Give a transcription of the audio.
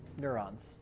Neurons